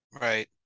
right